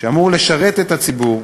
שאמור לשרת את הציבור,